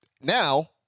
Now